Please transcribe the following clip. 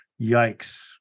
Yikes